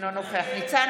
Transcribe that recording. נגד ניצן